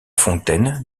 fontaine